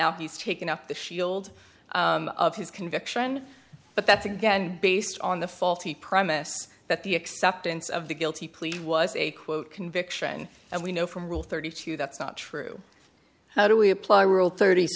now he's taken up the shield of his conviction but that's again based on the faulty premise that the acceptance of the guilty plea was a quote conviction and we know from rule thirty two that's not true how do we apply rule thirty